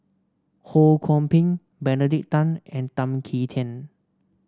Ho Kwon Ping Benedict Tan and Tan Kim Tian